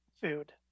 food